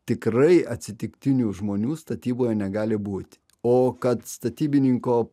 tikrai atsitiktinių žmonių statyboje negali būti o kad statybininko